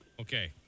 Okay